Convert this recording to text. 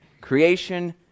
Creation